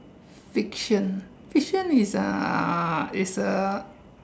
you can you can is uh is A